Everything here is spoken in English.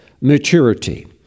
maturity